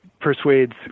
persuades